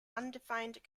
undefined